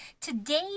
Today